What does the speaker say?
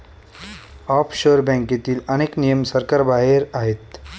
offshore बँकेतील अनेक नियम सरकारबाहेर आहेत